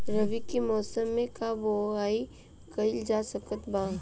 रवि के मौसम में का बोआई कईल जा सकत बा?